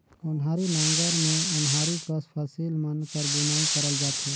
ओन्हारी नांगर मे ओन्हारी कस फसिल मन कर बुनई करल जाथे